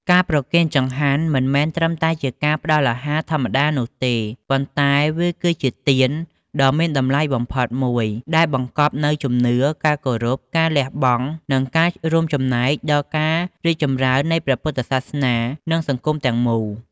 ការប្រគេនចង្ហាន់មិនមែនត្រឹមតែជាការផ្តល់អាហារធម្មតានោះទេ ប៉ុន្តែវាគឺជា ទានដ៏មានតម្លៃបំផុតមួយ ដែលបង្កប់នូវជំនឿ ការគោរព ការលះបង់ និងការរួមចំណែកដល់ការរីកចម្រើននៃព្រះពុទ្ធសាសនា និងសង្គមទាំងមូល។